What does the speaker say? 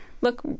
look